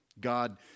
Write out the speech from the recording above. God